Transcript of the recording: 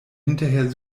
hinterher